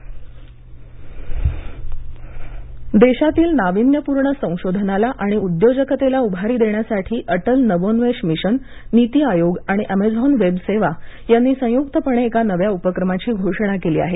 अटल नवोन्मेष देशातील नावीन्यपूर्ण संशोधनाला आणि उद्योजकतेला उभारी देण्यासाठी अटल नवोन्मेष मिशन नीती आयोग आणि अमेझोन वेब सेवा यांनी संयुक्तपणे नव्या उपक्रमांची घोषणा केली आहे